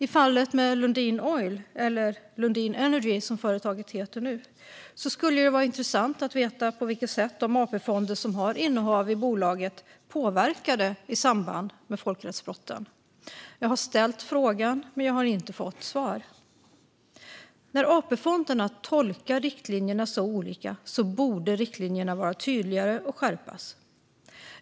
I fallet med Lundin Oil eller Lundin Energy, som företaget heter nu, skulle det vara intressant att veta på vilket sätt de AP-fonder som har innehav i bolaget påverkade i samband med folkrättsbrotten. Jag har ställt frågan, men jag har inte fått svar. När AP-fonderna tolkar riktlinjerna så olika borde riktlinjerna vara tydligare och skärpas.